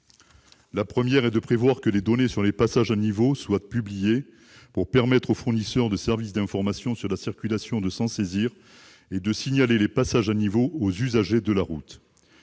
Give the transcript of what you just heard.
mortels : prévoir que les données sur les passages à niveau soient publiées pour permettre aux fournisseurs de services d'information sur la circulation de s'en saisir et de signaler les passages à niveau aux usagers de la route